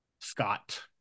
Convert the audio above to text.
Scott